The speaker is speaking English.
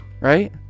right